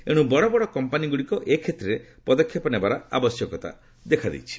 ଏଣୁ ବଡ଼ ବଡ଼ କମ୍ପାନୀଗୁଡ଼ିକ ଏ କ୍ଷେତ୍ରରେ ପଦକ୍ଷେପ ନେବାର ଆବଶ୍ୟକତା ରହିଛି